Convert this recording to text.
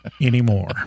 anymore